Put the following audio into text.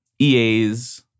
EA's